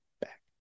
back